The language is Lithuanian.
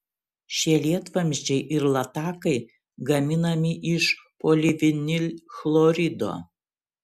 šie lietvamzdžiai ir latakai gaminami iš polivinilchlorido